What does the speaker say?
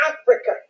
Africa